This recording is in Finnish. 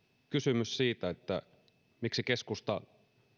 kysymys siitä miksi keskusta